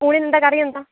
ഊണിന് എന്താണ് കറിയെന്താണ്